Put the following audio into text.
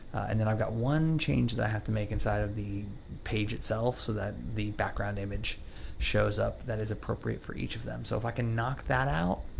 and then i've got one change that i have to make inside of the page itself so that the background image shows up that is appropriate for each of them. so, if i can knock that out,